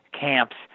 camps